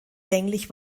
länglich